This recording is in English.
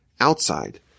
outside